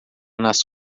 nas